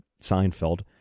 Seinfeld